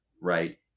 right